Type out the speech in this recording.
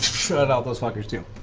at all those fuckers, too.